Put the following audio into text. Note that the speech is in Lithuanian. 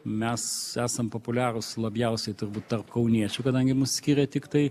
mes esam populiarūs labiausiai turbūt tarp kauniečių kadangi mus skiria tiktai